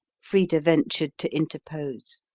frida ventured to interpose.